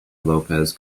lopez